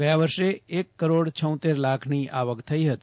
ગયા વરસે એક કરોડ છઉંતેર લાખની આવક થઇ ફતી